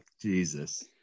jesus